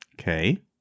Okay